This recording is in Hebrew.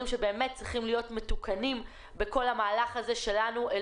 שבאמת צריכים להיות מתוקנים בכל המהלך הזה שלנו אל